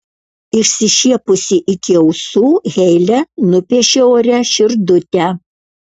išsišiepusi iki ausų heile nupiešė ore širdutę